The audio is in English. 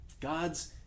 God's